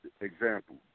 example